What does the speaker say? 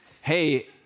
hey